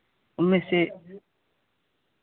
में से